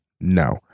No